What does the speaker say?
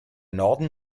norden